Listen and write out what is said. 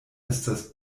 estas